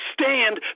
stand